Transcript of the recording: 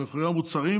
את מחירי המוצרים,